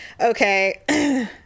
Okay